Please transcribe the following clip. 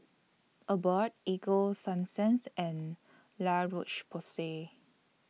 Abbott Ego Sunsense and La Roche Porsay